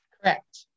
Correct